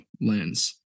lens